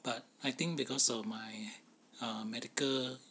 but I think because of my err medical